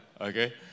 okay